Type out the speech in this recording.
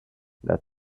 that